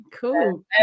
cool